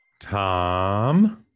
Tom